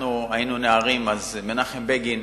כשאנחנו היינו נערים, אז מנחם בגין